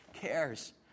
cares